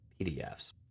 PDFs